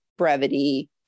brevity